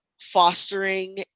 fostering